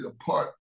apart